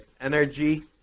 energy